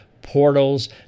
portals